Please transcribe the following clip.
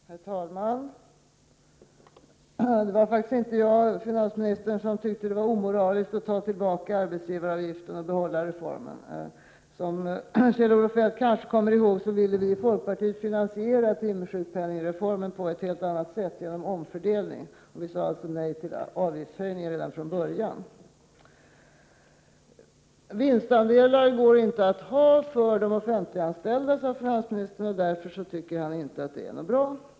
Herr talman! Det var faktiskt inte jag, finansministern, som tyckte att det var omoraliskt att ta tillbaka arbetsgivaravgiften och behålla den ifrågavarande reformen. Som Kjell-Olof Feldt kanske kommer ihåg ville vi i folkpartiet finansiera timmesjukpenningreformen på ett helt annat sätt genom omfördelning, och vi sade alltså redan från början nej till avgiftshöjning. Vinstandelar går inte att ha för de offentliganställda, sade finansministern, och därför tycker han inte att det är något bra system.